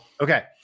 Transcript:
Okay